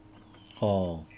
hor